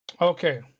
Okay